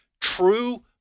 true